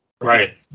Right